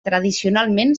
tradicionalment